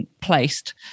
placed